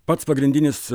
pats pagrindinis